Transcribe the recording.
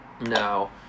no